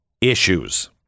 Issues